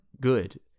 good